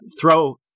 throw